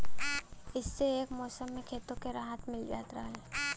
इह्से एक मउसम मे खेतो के राहत मिल जात रहल